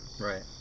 right